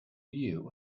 you